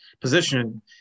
position